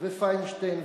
ופיינשטיין,